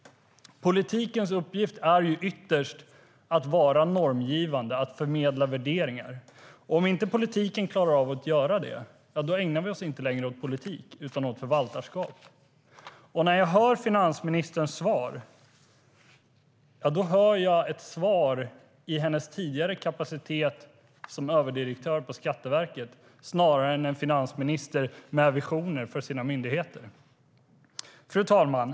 Politikens uppgift är ytterst att vara normgivande, att förmedla värderingar. Om inte politiken klarar av att göra det ägnar vi oss inte längre åt politik utan åt förvaltarskap. När jag hör finansministerns svar hör jag ett svar i hennes tidigare kapacitet som överdirektör på Skatteverket, snarare än en finansminister med visioner för sina myndigheter. Fru talman!